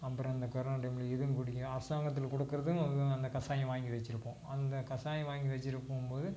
அப்புறம் இந்த கொரோனா டைமில் இதுவும் குடிக்கணும் அரசாங்கத்தில் கொடுக்கறதும் அந்தக் கசாயம் வாங்கி வச்சிருப்போம் அந்தக் கசாயம் வாங்கி வச்சிருக்கும் போது